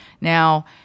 Now